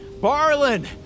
Barlin